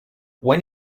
when